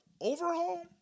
Overhaul